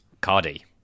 Cardi